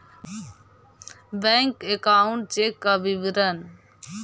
Bank account check का विवरण?